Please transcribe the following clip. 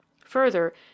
Further